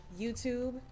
YouTube